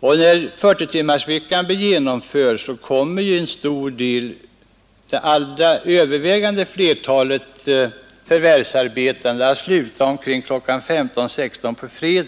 När 40 timmars arbetsvecka blir genomförd kommer det övervägande flertalet förvärvsarbetande att sluta sitt arbete mellan kl. 15.00 och 16.00 på fredagar.